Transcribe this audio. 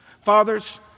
Fathers